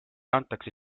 antakse